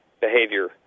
behavior